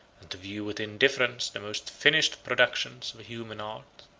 and to view with indifference the most finished productions of human art.